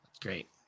Great